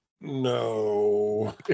no